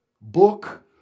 book